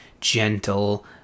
gentle